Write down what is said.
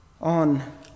on